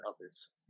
others